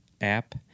app